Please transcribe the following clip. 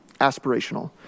aspirational